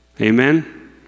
Amen